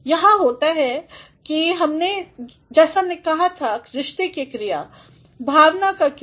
यहाँ होते हैं जैसा हमने कहा था रिश्ते के क्रिया भावना के क्रिया